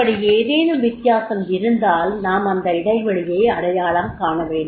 அப்படி ஏதேனும் வித்தியாசம் இருந்தால் நாம் அந்த இடைவெளியை அடையாளம் காண வேண்டும்